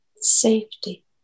safety